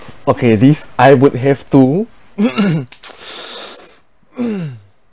okay this I would have to